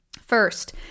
First